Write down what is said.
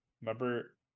remember